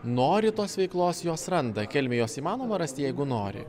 nori tos veiklos jos randa kelmėj jos įmanoma rasti jeigu nori